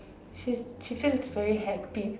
she she seems very happy